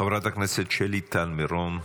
חברת הכנסת שלי טל מירון.